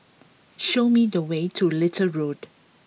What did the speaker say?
show me the way to Little Road